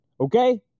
Okay